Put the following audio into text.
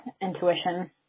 intuition